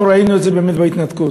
אנחנו ראינו את זה באמת בהתנתקות.